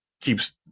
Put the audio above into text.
keeps